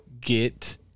Get